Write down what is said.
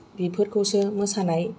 बेफोरखौसो मोसानाय